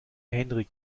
henrik